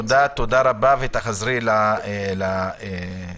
תודה רבה, תחזרי לסטודנטים.